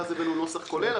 ואז הבאנו נוסח כולל.